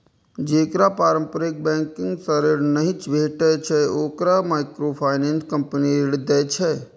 जेकरा पारंपरिक बैंकिंग सं ऋण नहि भेटै छै, ओकरा माइक्रोफाइनेंस कंपनी ऋण दै छै